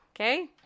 Okay